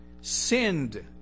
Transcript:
sinned